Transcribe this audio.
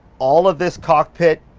all of this cockpit